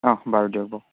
অঁ বাৰু দিয়ক বাৰু